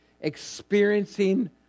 experiencing